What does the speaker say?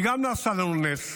וגם נעשה לנו נס,